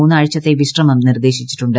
മൂന്ന് ആഴ്ചത്തെ വിശ്രമം നിർദ്ദേശിച്ചിട്ടുണ്ട്